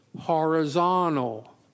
horizontal